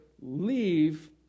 leave